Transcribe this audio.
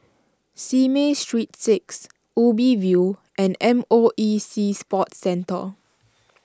Simei Street six Ubi View and M O E Sea Sports Centre